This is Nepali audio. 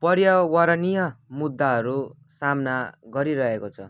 पर्यावरनीय मुद्दाहरू सामना गरिरहेको छ